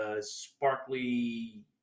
sparkly